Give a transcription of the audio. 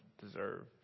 deserve